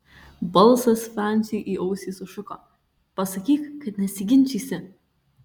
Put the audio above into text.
balsas franciui į ausį sušuko pasakyk kad nesiginčysi